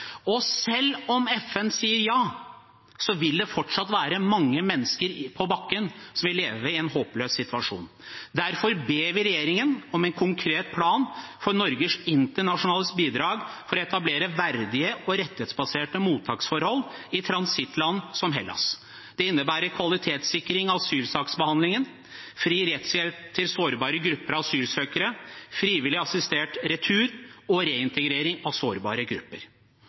Og selv om FN sier ja, vil det fortsatt være mange mennesker på bakken som vil leve i en håpløs situasjon. Derfor ber vi regjeringen om en konkret plan for Norges internasjonale bidrag for å etablere verdige og rettighetsbaserte mottaksforhold i transittland som Hellas. Det innebærer kvalitetssikring av asylsaksbehandlingen, fri rettshjelp til sårbare grupper av asylsøkere, frivillig assistert retur og reintegrering av sårbare grupper.